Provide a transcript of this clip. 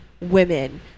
women